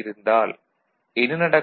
என்றிருந்தால் என்ன நடக்கும்